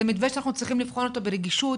זה מתווה שאנחנו צריכים לבחון אותו ברגישות,